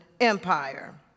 Empire